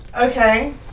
Okay